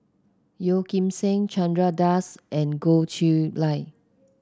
Yeo Kim Seng Chandra Das and Goh Chiew Lye